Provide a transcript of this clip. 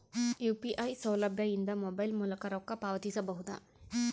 UPI ಸೌಲಭ್ಯ ಇಂದ mobile ಮೂಲಕ ರೊಕ್ಕ ಪಾವತಿಸ ಬಹುದಾ?